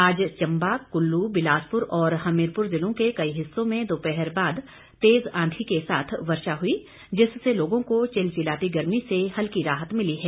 आज चम्बा कुल्लू बिलासपुर और हमीरपुर जिलों के कई हिस्सों में दोपहर बाद तेज आंधी के साथ वर्षा हुई जिससे लोगों को चिलचिलाती गर्मी से हल्की राहत मिली है